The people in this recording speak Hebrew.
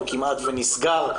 הוא כמעט ונסגר,